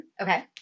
Okay